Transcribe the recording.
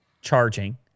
charging